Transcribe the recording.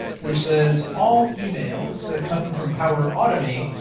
which says all emails that come from power automate,